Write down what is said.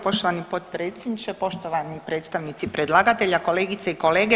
Poštovani potpredsjedniče, poštovani predstavnici predlagatelja, kolegice i kolege.